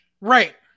Right